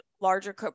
larger